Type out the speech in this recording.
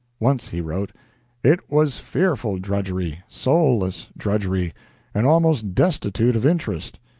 once he wrote it was fearful drudgery soulless drudgery and almost destitute of interest.